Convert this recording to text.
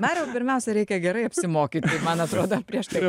mariau pirmiausia reikia gerai apsimokyt man atrodo prieš tai